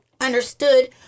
Understood